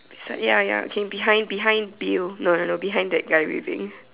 so ya ya okay behind behind you no no no behind that guy waving